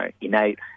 innate